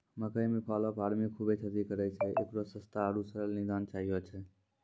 मकई मे fall of army खूबे क्षति करेय छैय, इकरो सस्ता आरु सरल निदान चाहियो छैय?